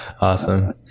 Awesome